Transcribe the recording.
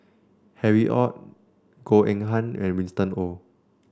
Harry Ord Goh Eng Han and Winston Oh